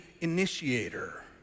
initiator